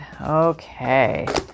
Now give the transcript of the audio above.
okay